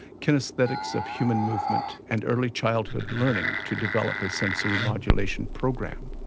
kinesthetics of human movement, and early childhood learning to develop a sensory modulation program.